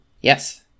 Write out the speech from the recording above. yes